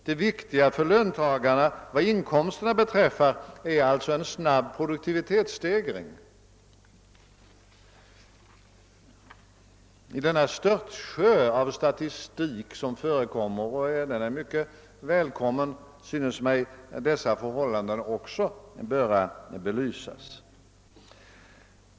Det viktiga för löntagarna vad inkomsterna beträffar är alltså en snabb produktivitetsstegring. I den störtsjö av statistik som förekommer — även om den är mycket välkommen — synes mig också dessa förhållanden böra belysas.